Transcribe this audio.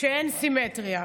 שאין סימטריה,